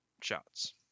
shots